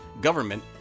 government